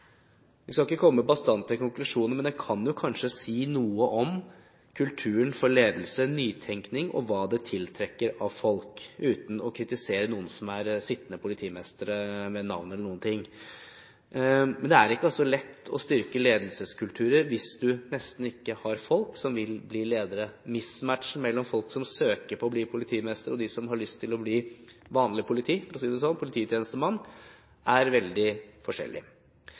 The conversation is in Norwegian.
skal ikke komme med bastante konklusjoner, men det kan jo kanskje si noe om kulturen for ledelse, nytenkning og hva det tiltrekker av folk, uten å kritisere noen som er sittende politimestre med navn. Men det er ikke lett å styrke ledelseskulturer hvis man nesten ikke har folk som vil bli ledere. Mismatchen mellom folk som søker på å bli politimestre, og de som har lyst til å bli vanlig politi – for å si det slik – polititjenestemann, er veldig forskjellig.